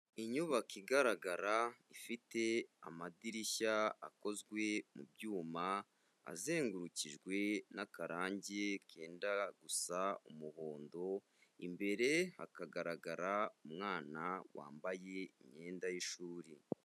Inyubako igaragara ifite amadirishya akozwe mu byuma azengurukijwe n'akarange kenda gusa umuhondo, imbere hakagaragara umwana wambaye imyenda y'ishuri.